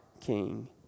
King